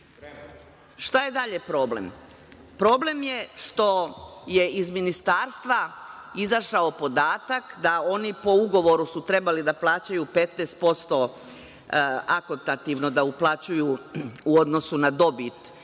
je dalje problem? Problem je što iz ministarstva izašao podatak da su oni po ugovoru trebali da plaćaju 15% akontativno da uplaćuju u odnosu na dobit